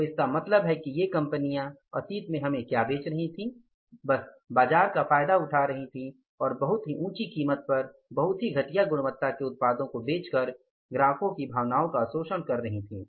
तो इसका मतलब है कि ये कंपनियाँ अतीत में हमें क्या हमें बेच रही थीं बस बाज़ार का फायदा उठा रही थीं और बहुत ही ऊँची कीमत पर बहुत ही घटिया गुणवत्ता के उत्पादों को बेचकर ग्राहकों की भावनाओं का शोषण कर रही थीं